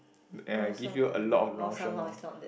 and I give you a lot of Mao-Shan-Wang